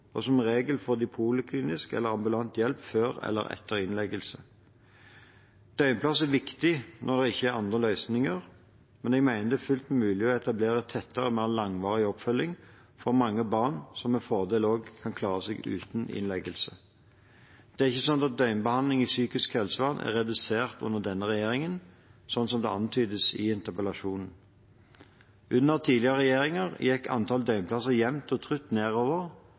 og som regel får de poliklinisk eller ambulant hjelp før eller etter innleggelse. Døgnplass er viktig når det ikke er andre løsninger, men jeg mener det er fullt mulig å etablere tettere og mer langvarig oppfølging for mange barn som med fordel kan klare seg uten innleggelse. Det er ikke slik at døgnbehandling i psykisk helsevern er redusert under denne regjeringen, slik det antydes i interpellasjonen. Under tidligere regjeringer gikk antallet døgnplasser jevnt og trutt nedover,